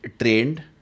trained